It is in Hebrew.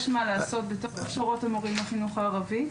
יש מה לעשות בהכשרות המורים בחינוך הערבי.